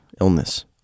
illness